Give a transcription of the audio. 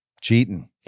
cheating